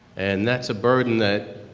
and that's a burden that